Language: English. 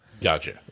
gotcha